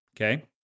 okay